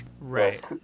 Right